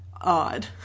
odd